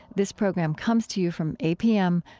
this program comes to you from apm,